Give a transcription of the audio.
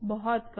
बहुत कम